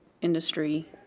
industry